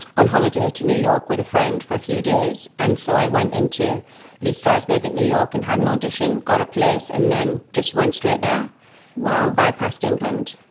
on holiday to new york with a friend for a few days. and so i went into lee strasberg in new york and had an audition, got a place, and then just went straight there while bypassing england,